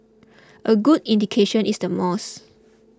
a good indication is the malls